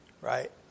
right